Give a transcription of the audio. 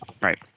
right